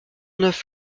neuf